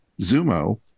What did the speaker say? Zumo